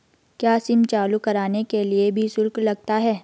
क्या सिम चालू कराने के लिए भी शुल्क लगता है?